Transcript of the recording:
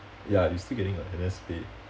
ya you still getting a N_S pay